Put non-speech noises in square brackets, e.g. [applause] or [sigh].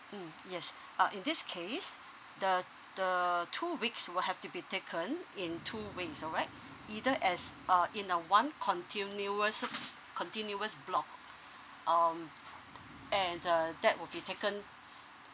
mm yes uh in this case the the two weeks will have to be taken in two ways all right either as uh in a one continuous continuous block um [noise] and uh that will be taken